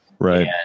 Right